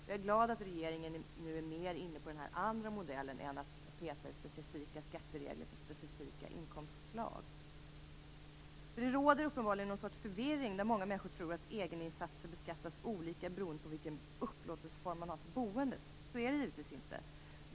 Jag är glad att regeringen nu är inne mer på den andra modellen än på att peta i specifika skatteregler för specifika inkomstslag. Det råder uppenbarligen någon sorts förvirring där många människor tror att egeninsatser beskattas olika beroende på vilken upplåtelseform man har för boendet. Så är det givetvis inte.